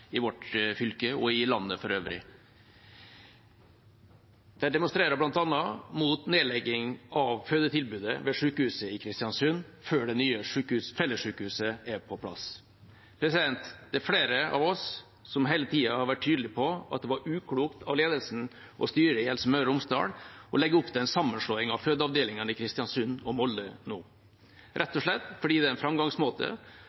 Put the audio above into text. i vårt fylke og i landet for øvrig. De demonstrerer bl.a. mot nedlegging av fødetilbudet ved Sykehuset i Kristiansund før det nye fellessykehuset er på plass. Det er flere av oss som hele tida har vært tydelige på at det var uklokt av ledelsen og styret i Helse Møre og Romsdal å legge opp til en sammenslåing av fødeavdelingene i Kristiansund og Molde nå, rett